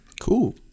Cool